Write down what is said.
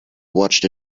watched